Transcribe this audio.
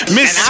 Miss